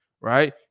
right